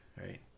right